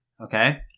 Okay